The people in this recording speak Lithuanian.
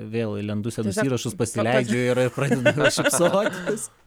vėl lendu senus įrašus pasileidžiu ir ir pradedu šypsotis